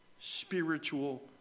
spiritual